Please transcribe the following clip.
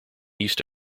yeast